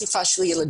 כמו איסור מכירה